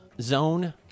zone